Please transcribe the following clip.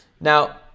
Now